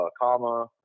comma